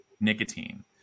nicotine